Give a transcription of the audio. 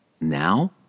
Now